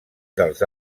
dels